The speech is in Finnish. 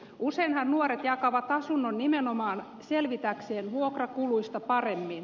useinhan nuoret jakavat asunnon nimenomaan selvittääkseen vuokrakuluista paremmin